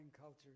cultures